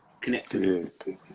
connected